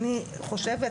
אני חושבת,